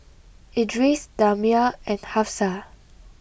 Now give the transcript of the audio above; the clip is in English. Idris Damia and Hafsa